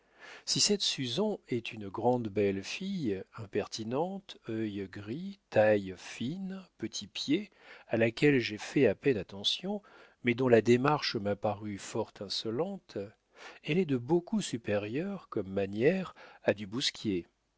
si cette suzon est une grande belle fille impertinente œil gris taille fine petit pied à laquelle j'ai fait à peine attention mais dont la démarche m'a paru fort insolente elle est de beaucoup supérieure comme manières à du bousquier